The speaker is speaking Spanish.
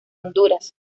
honduras